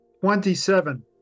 twenty-seven